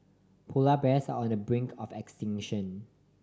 polar bears are on the brink of extinction